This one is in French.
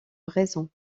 raison